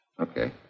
Okay